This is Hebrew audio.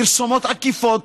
פרסומות עקיפות,